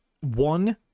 one